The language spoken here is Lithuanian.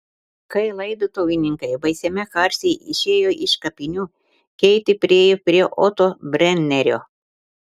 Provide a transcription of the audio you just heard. kai laidotuvininkai baisiame karštyje išėjo iš kapinių keitė priėjo prie oto brenerio